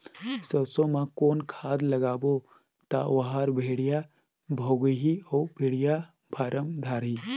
सरसो मा कौन खाद लगाबो ता ओहार बेडिया भोगही अउ बेडिया फारम धारही?